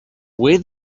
where